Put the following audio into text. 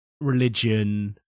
religion